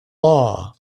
law